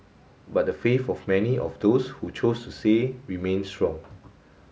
but the faith of many of those who chose to say remains strong